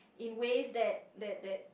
in ways that that that